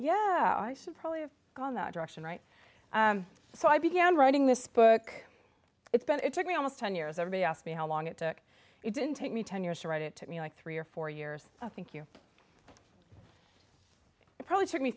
yeah i should probably have gone that direction right so i began writing this book it's been it took me almost ten years i may ask me how long it took it didn't take me ten years to write it took me like three or four years i think you it probably took me